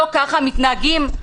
לא ככה מתנהגים.